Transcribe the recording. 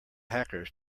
hackers